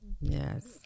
Yes